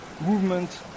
movement